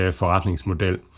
forretningsmodel